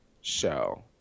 show